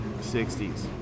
60s